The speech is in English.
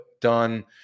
done